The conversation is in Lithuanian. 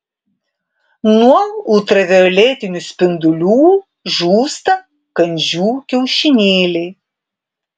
nuo ultravioletinių spindulių žūsta kandžių kiaušinėliai